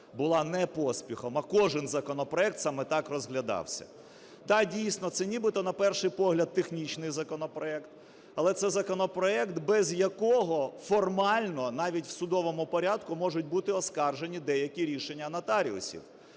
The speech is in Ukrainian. була не поспіхом, а кожен законопроект саме так розглядався. Так, дійсно це нібито на перший погляд технічний законопроект, але це законопроект, без якого формально навіть у судовому порядку можуть бути оскаржені деякі рішення нотаріусів.